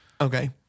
Okay